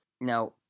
Now